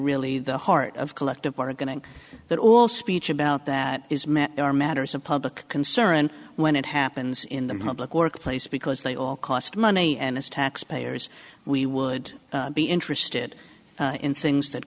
really the heart of collective bargaining that all speech about that is met there are matters of public concern when it happens in the public workplace because they all cost money and as taxpayers we would be interested in things that